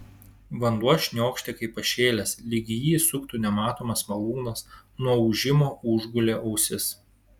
vanduo šniokštė kaip pašėlęs lyg jį suktų nematomas malūnas nuo ūžimo užgulė ausis